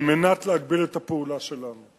על מנת להגביל את הפעולה שלנו.